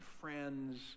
friends